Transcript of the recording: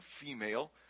female